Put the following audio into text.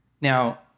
now